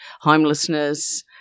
homelessness